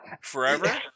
Forever